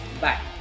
Bye